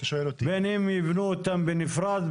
בין אם יבנו אותן בנפרד,